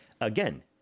again